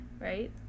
right